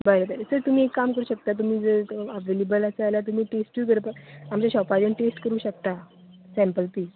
बरें बरें सर तुमी एक काम करूंक शकतात तुमी जर अवेलेबल आसात जाल्यार तुमी टेस्टूय करपाक आमच्या शॉपार येवन टेस्ट करूंक शकतात सॅम्पल बी